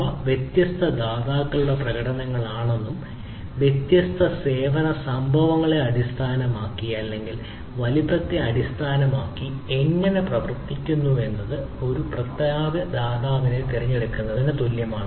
അവ വ്യത്യസ്ത ദാതാക്കളുടെ പ്രകടനങ്ങളാണെന്നും വ്യത്യസ്ത സേവന സംഭവങ്ങളെ അടിസ്ഥാനമാക്കി അല്ലെങ്കിൽ വലിപ്പത്തെ അടിസ്ഥാനമാക്കി എങ്ങനെ പ്രവർത്തിക്കുന്നുവെന്നത് ഒരു പ്രത്യേക ദാതാവിനെ തിരഞ്ഞെടുക്കുന്നതിന് പ്രധാനമാണ്